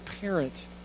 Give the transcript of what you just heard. parent